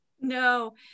No